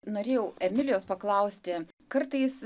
norėjau emilijos paklausti kartais